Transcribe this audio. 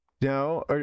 No